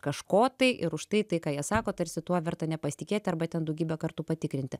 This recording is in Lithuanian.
kažko tai ir užtai tai ką jie sako tarsi tuo verta nepasitikėti arba ten daugybę kartų patikrinti